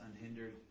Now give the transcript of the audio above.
unhindered